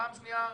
פעם שנייה,